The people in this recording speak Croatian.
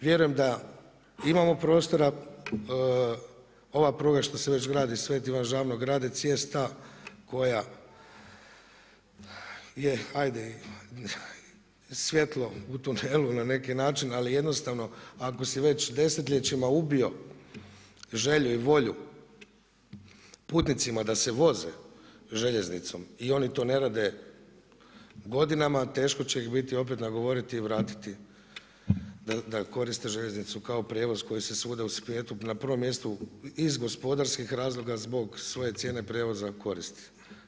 Vjerujem da imamo prostora, ova pruga što se već gradi Sveti Ivan Žabno-Gradec jest da koja je ajde svjetlo u tunelu na neki način, ali jednostavno ako si već desetljećima ubio želju i volju putnicima da se voze željeznicom i oni to ne rade godinama, teško će ih opet biti nagovoriti i vratiti da koriste željeznicu kao prijevoz koji se svuda i svijetu na prvom mjestu iz gospodarskih razloga, zbog svoje cijene prijevoza koristi.